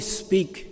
speak